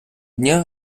дня